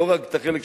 לא רק את החלק שלו.